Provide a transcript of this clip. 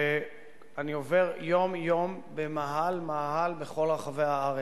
שאני עובר יום-יום במאהל מאהל בכל רחבי הארץ.